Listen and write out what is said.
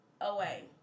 away